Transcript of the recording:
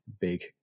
big